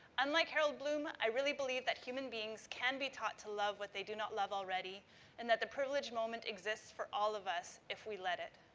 unlike harold bloom, i really believe that human beings can be taught to love what they do not love already and that the privileged moment exists for all of us if we let it.